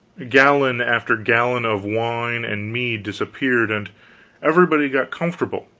gallon after gallon of wine and mead disappeared, and everybody got comfortable,